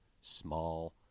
small